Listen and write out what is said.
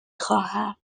خواهم